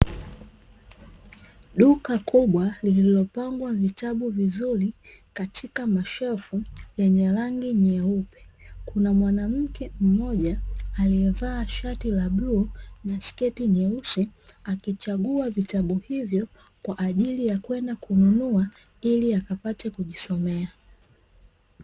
Duka kubwa lililopangwa vitabu vizuri katika mashelfu yenye rangi nyeupe, kuna mwanamke mmoja aliyevaa shati la bluu na sketi nyeusi akichagua vitabu hivyo kwa ajili ya kwenda kununua ili akapate kujisomea.